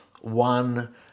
one